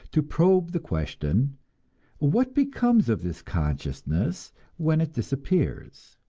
to probe the question what becomes of this consciousness when it disappears?